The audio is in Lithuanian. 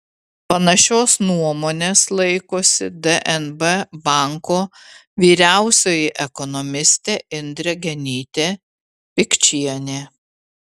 panašios nuomonės laikosi dnb banko vyriausioji ekonomistė indrė genytė pikčienė